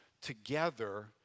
together